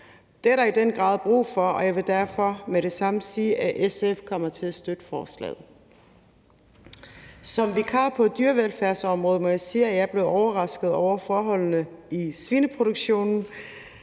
Det er der i den grad brug for, og jeg vil derfor med det samme sige, at SF kommer til at støtte forslaget. Som vikar på dyrevelfærdsområdet må jeg sige, at jeg blev overrasket over forholdene i svineproduktionen.